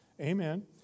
Amen